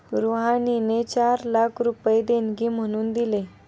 रुहानीने चार लाख रुपये देणगी म्हणून दिले